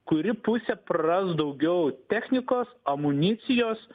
kuri pusė praras daugiau technikos amunicijos